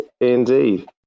Indeed